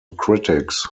critics